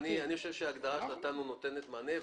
ההגדרה שנתנו לדעתי נותנת מענה.